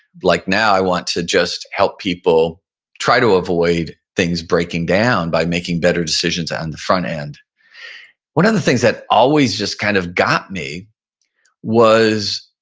like now i want to just help people try to avoid things breaking down by making better decisions on and the front end one of the things that always just kind of got me was